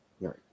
Right